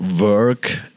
work